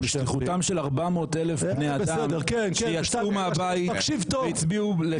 בשליחותם של 400 אלף בני אדם שיצאו מהבית והצביעו ל-ש"ס.